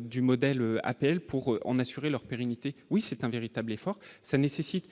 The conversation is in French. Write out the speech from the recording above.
du modèle appel pour en assurer leur pérennité, oui, c'est un véritable effort, ça nécessite